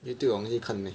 Youtube 有东西看 meh